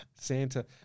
Santa